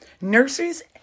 nurses